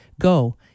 Go